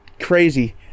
crazy